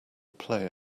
play